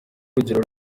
urugero